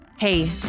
Hey